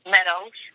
Meadows